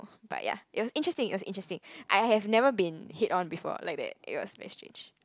but ya it was interesting it was interesting I have never been hit on before like that it was very strange